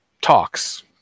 talks